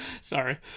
Sorry